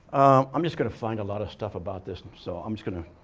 i'm just going to find a lot of stuff about this, so i'm just going to